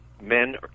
men